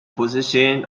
position